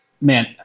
man